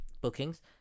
bookings